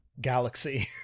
galaxy